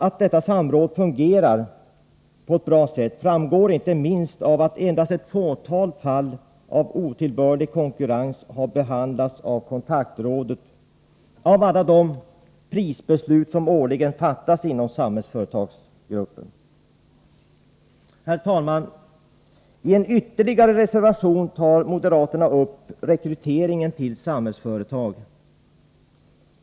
Att detta samråd fungerar på ett bra sätt framgår inte minst av att i fråga om alla de prisbeslut som årligen fattas inom Samhällsföretagsgruppen har endast ett fåtal fall av otillbörlig konkurrens behandlats av kontaktrådet. Herr talman! Moderaterna har ytterligare en reservation där man tar upp rekryteringen till Samhällsföretag.